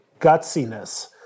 gutsiness